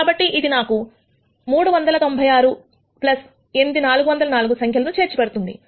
కాబట్టి ఇది నాకు 396 8 404 సంఖ్యలు చేర్చిపెడుతుంది